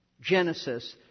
Genesis